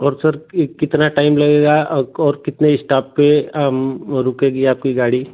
और सर यह कितना टाइम लगेगा और कितने इस्टाप पर रुकेगी आपकी गाड़ी